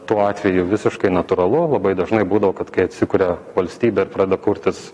tuo atveju visiškai natūralu labai dažnai būdavo kad kai atsikuria valstybė ir pradeda kurtis